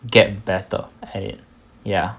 get better at it ya